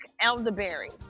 elderberry